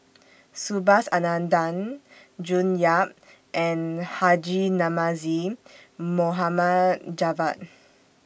Subhas Anandan June Yap and Haji Namazie Mohamed Javad